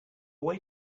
way